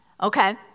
Okay